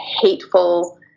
hateful